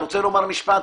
דב, אתה רוצה לומר משפט.